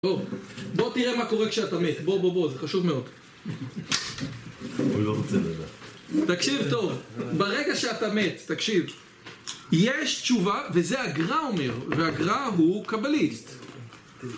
בוא, בוא תראה מה קורה כשאתה מת, בוא בוא בוא, זה חשוב מאוד. תקשיב טוב, ברגע שאתה מת, תקשיב, יש תשובה, וזה הגרא אומר, וההגרא הוא קבליסט